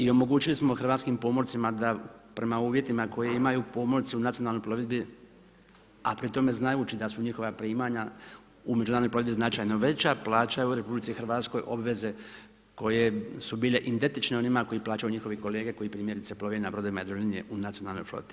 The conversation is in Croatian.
I omogućili smo hrvatskim pomorcima da prema uvjetima koje imaju pomorci u nacionalnoj plovidbi a pri tome znajući da su njihova primanja u međunarodnoj plovidbi značajno veća, plaća je u RH obveze koje su bile identične onima koji plaćaju njihovi kolege koji primjerice plove na brodovima Jadrolinije u nacionalnoj floti.